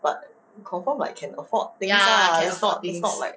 but confirm like can afford things lah is not is not like